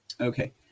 Okay